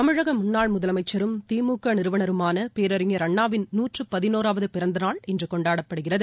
தமிழக முன்னாள் முதலமைச்சரும் திமுக நிறுவனருமான பேரறிஞர் அண்ணாவின் நூற்று பதினோராவது பிறந்தநாள் இன்று கொண்டாடப்படுகிறது